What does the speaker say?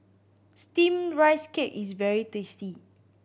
Steamed Rice Cake is very tasty